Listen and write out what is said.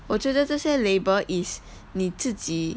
我觉得这些 label is 你自己